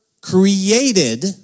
created